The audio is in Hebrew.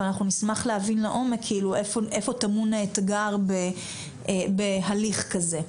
אבל אנחנו נשמח להבין לעומק איפה טמון האתגר בהליך כזה.